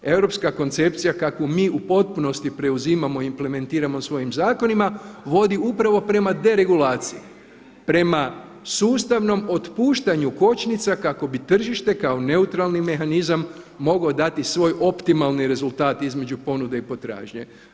Europska koncepcija kakvu mi u potpunosti preuzimamo i implementiramo svojim zakonima vodi upravo prema deregulaciji, prema sustavnom otpuštanju kočnica kako bi tržište kao neutralni mehanizam mogao dati svoj optimalni rezultat između ponude i potražnje.